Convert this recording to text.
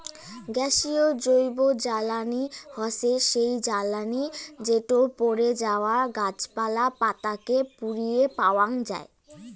গ্যাসীয় জৈবজ্বালানী হসে সেই জ্বালানি যেটো পড়ে যাওয়া গাছপালা, পাতা কে পুড়িয়ে পাওয়াঙ যাই